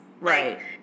Right